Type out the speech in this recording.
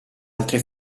altre